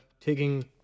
taking